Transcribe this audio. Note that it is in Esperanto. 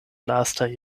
lastaj